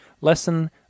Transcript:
lesson